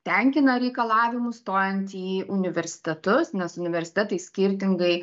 tenkina reikalavimus stojant į universitetus nes universitetai skirtingai